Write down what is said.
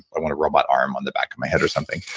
i want a robot arm on the back of my head or something